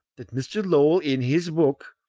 that mr. lowell, in his book,